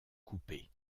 coupée